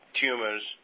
tumors